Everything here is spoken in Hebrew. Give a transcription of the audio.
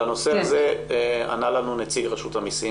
על הנושא הזה ענה לנו נציג רשות המסים,